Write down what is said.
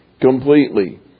completely